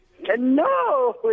No